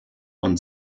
und